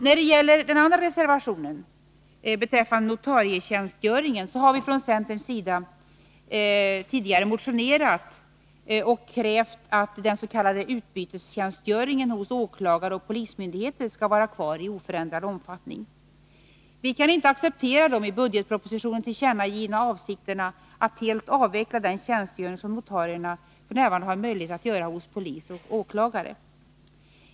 När det gäller reservationen beträffande notarietjänstgöringen har vi från centerns sida tidigare motionerat och krävt att den s.k. utbytestjänstgöringen hos åklagaroch polismyndigheter skall vara kvar i oförändrad omfattning. Vi kan inte acceptera de i budgetpropositionen tillkännagivna avsikterna att helt avveckla den tjänstgöring som notarierna f.n. har möjlighet att göra hos polis och åklagare.